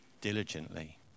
diligently